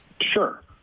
Sure